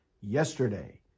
yesterday